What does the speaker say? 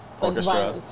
Orchestra